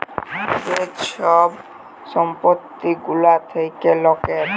যে ছব সম্পত্তি গুলা থ্যাকে লকের